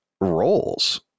roles